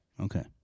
Okay